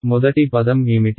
మొదటి పదం ఏమిటి